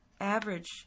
average